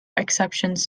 exceptions